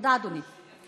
תודה, אדוני.